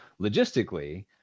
logistically